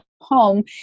home